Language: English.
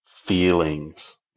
Feelings